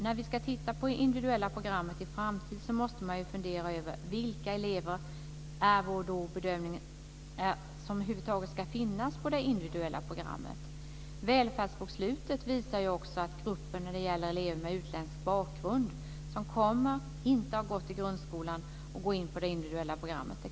När vi ska titta på det individuella programmet i en framtid måste vi fundera över vilka elever som, enligt vår bedömning, över huvud taget ska finnas där. Välfärdsbokslutet visar ju också att det här kanske inte alls är den bästa lösningen för gruppen elever med utländsk bakgrund som inte har gått i grundskolan och som nu går in på det individuella programmet.